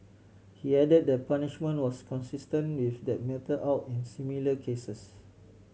he added that the punishment was consistent with that meted out in similar cases